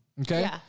okay